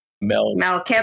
Mel